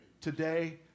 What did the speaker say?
today